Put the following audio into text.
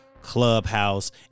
Clubhouse